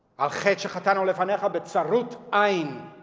chet she'chatanu lefanecha be'tsarut ayin